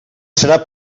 serà